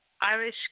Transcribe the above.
Irish